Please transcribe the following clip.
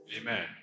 Amen